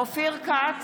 אופיר כץ,